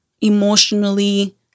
emotionally